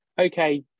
Okay